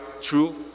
true